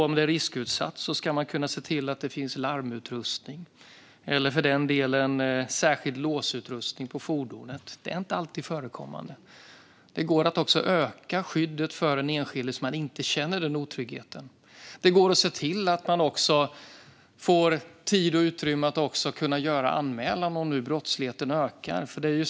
Om det är riskutsatt ska man till och med se till att det finns larmutrustning eller för den delen särskild låsutrustning på fordonet. Det är inte alltid förekommande. Det går också att öka skyddet för den enskilde så att man inte känner den otryggheten. Det går att se till att man får tid och utrymme att kunna göra en anmälan om nu brottsligheten ökar.